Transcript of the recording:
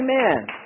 amen